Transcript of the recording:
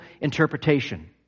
interpretation